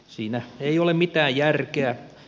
siinä ei ole mitään järkeä